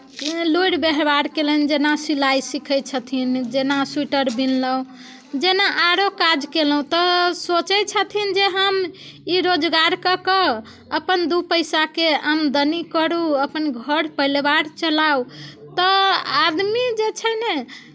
लुरि व्यवहार कयलनि जेना सिलाइ सिखै छथिन जेना स्वेटर बिनलहुँ जेना आरो काज कयलहुँ तऽ सोचै छथिन जे हम ई रोजगार कऽ कऽ अपन दू पैसाके आमदनी करू अपन घर परिवार चलाउ तऽ आदमी जे छै ने